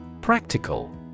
Practical